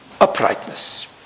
uprightness